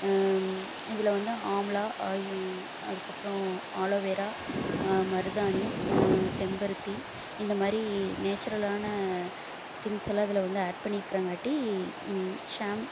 இதில் வந்து ஆம்லா ஆயி அதுக்கப்றோம் ஆலோவேரா மருதாணி செம்பருத்தி இந்த மாதிரி நேச்சுரலான திங்க்ஸ் எல்லாம் இதில் வந்து ஆட் பண்ணிருக்குறங்காட்டி ஷாம்ப்